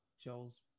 Joel's